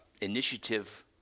initiative